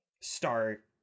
start